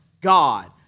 God